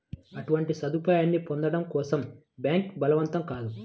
అటువంటి సదుపాయాన్ని పొందడం కోసం బ్యాంక్ బలవంతం కాదు